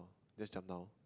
just jump down